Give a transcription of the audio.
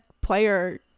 player